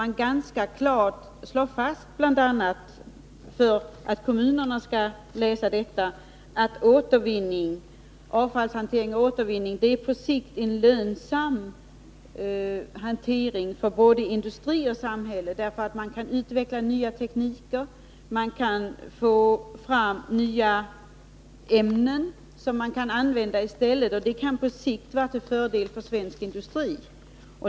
Man slår där ganska klart fast, bl.a. för att kommunerna skall läsa det, att avfallshantering och återvinning på sikt är lönsamma för både industri och samhälle — man kan utveckla nya tekniker, man kan få fram nya ämnen, som man kan använda i stället, och det kan på sikt vara till fördel för svensk industri.